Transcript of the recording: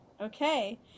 Okay